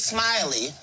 Smiley